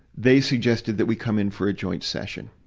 they suggested that we come in for a joint session.